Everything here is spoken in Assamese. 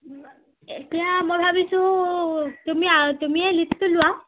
এতিয়া মই ভাবিছোঁ তুমিয়ে তুমিয়েই লীডটো লোৱা